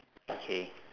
okay